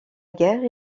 guerre